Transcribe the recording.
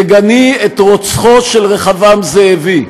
תגני את רוצחו של רחבעם זאבי,